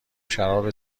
شراب